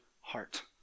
heart